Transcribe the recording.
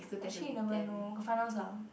actually you never know got finals ah